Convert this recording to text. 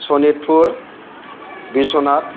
Sonitpur Biswanath